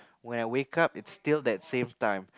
when I wake up it's still that same time